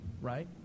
right